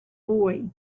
boy